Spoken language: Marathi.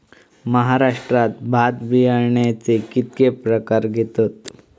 महाराष्ट्रात भात बियाण्याचे कीतके प्रकार घेतत?